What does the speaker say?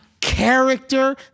character